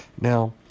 Now